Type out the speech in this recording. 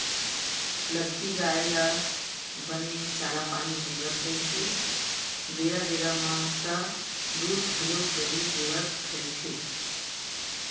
लगती गाय ल बने चारा पानी देवत रहिबे बेरा बेरा म त दूद घलोक बने देवत रहिथे